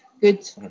good